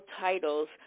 titles